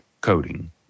coding